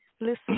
Listen